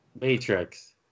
Matrix